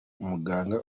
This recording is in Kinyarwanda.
muganga